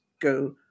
go